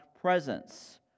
presence